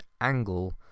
angle